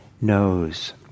knows